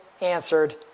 answered